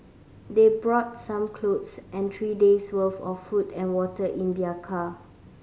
they brought some clothes and three days' worth of food and water in their car